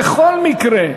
בכל מקרה,